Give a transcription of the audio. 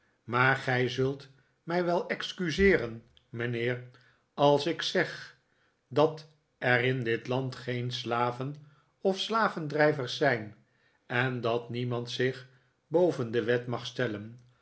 maar gij zult mij wel excuseeren mijnheer als ik zeg dat er in dit land geen slaven of slaveridrijvers zijn en dat niemand zich boven de wet mag stellen